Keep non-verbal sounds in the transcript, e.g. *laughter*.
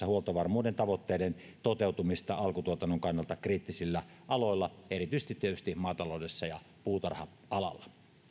*unintelligible* huoltovarmuuden tavoitteiden toteutumista alkutuotannon kannalta kriittisillä aloilla tietysti erityisesti maataloudessa ja puutarha alalla